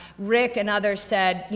rick and others said,